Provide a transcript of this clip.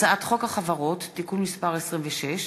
הצעת חוק החברות (תיקון מס' 26)